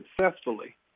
successfully